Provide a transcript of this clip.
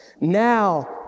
Now